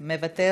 מוותר?